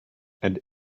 and